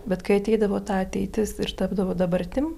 bet kai ateidavo ta ateitis ir tapdavo dabartim